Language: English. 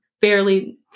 fairly